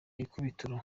ikubitiro